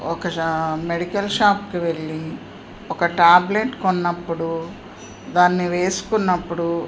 ఒక ష మెడికల్ షాప్కి వెళ్ళి ఒక టాబ్లెట్ కొన్నప్పుడు దాన్ని వేసుకున్నప్పుడు